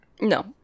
No